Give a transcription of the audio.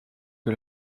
que